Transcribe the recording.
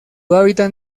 hábitat